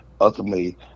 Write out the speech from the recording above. ultimately